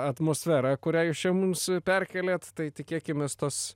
atmosferą kurią jūs čia mums perkėlėt tai tikėkimės tos